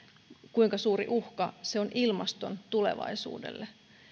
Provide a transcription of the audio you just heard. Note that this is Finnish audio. kuinka suuri uhka se on ilmaston tulevaisuudelle